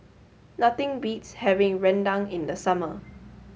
nothing beats having Rendang in the summer